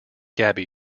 gaby